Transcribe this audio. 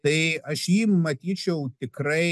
tai aš jį matyčiau tikrai